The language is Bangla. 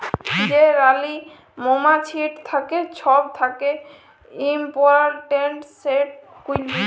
যে রালী মমাছিট থ্যাকে ছব থ্যাকে ইমপরট্যাল্ট, সেট কুইল বী